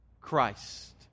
Christ